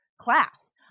class